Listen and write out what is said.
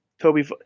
Toby